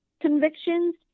Convictions